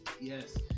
yes